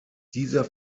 dieser